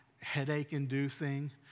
Headache-inducing